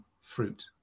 fruit